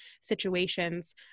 situations